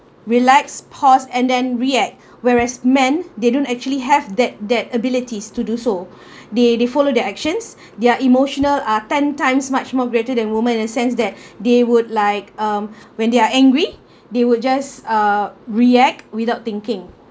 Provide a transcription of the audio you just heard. relax pause and then react whereas men they don't actually have that that abilities to do so they they follow their actions their emotional are ten times much more greater than women and in a sense that they would like um when they're angry they will just uh react without thinking